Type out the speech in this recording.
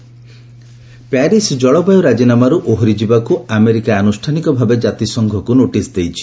US Paris Paris ଜଳବାୟୁ ରାଜିନାମାରୁ ଓହରି ଯିବାକୁ ଆମେରିକା ଆନୁଷ୍ଠାନିକ ଭାବେ କାତିସଂଘକୁ ନୋଟିସ୍ ଦେଇଛି